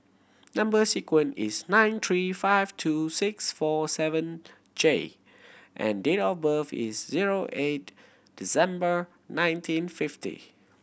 number sequence is nine three five two six four seven J and date of birth is zero eight December nineteen fifty